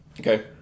okay